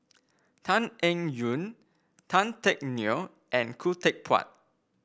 Tan Eng Yoon Tan Teck Neo and Khoo Teck Puat